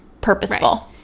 purposeful